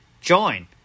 join